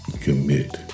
commit